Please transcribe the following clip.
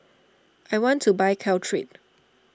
I want to buy Caltrate